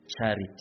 charity